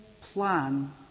plan